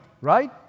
Right